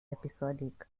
episodic